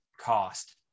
cost